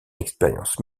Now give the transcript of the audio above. expérience